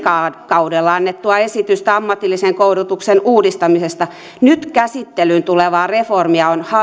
kaudella annettua esitystä ammatillisen koulutuksen uudistamisesta nyt käsittelyyn tulevaa reformia on